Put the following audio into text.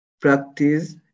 practice